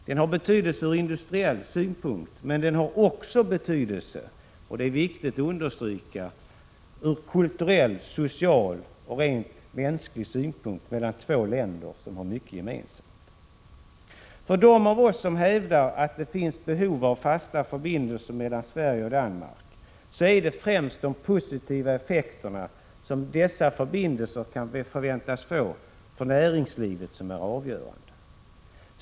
Den har betydelse ur industriell synpunkt, men också — och det är viktigt att understryka — betydelse ur kulturell, social och rent mänsklig synpunkt då det gäller två länder som har mycket gemensamt. För dem av oss som menar att det finns behov av fasta förbindelser mellan Sverige och Danmark är det främst de positiva effekter dessa förbindelser kan tänkas få för näringslivet som är avgörande.